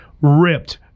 ripped